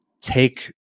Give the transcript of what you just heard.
take